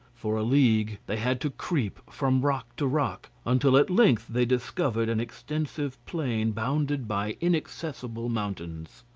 for a league they had to creep from rock to rock, until at length they discovered an extensive plain, bounded by inaccessible mountains.